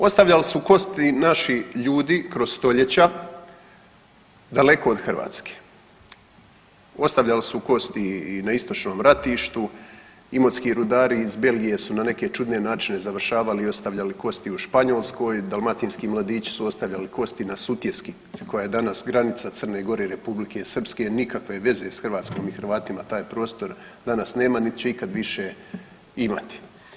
Ostavljali su kosti naši ljudi kroz stoljeća daleko od Hrvatske, ostavljali su kosti i na istočnom ratištu, imotski rudari iz Belgije su na neke čudne načine završavali i ostavljali kosti u Španjolskoj, dalmatinski mladići su ostavljali kosti na Sutjeski koja je danas granica Crne Gore i Republike Srpske, nikakve veze s Hrvatskom i Hrvatima taj prostor danas nema, nit će ikad više imati.